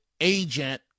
agent